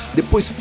Depois